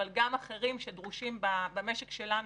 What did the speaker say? אבל גם אחרים שדרושים במשק שלנו,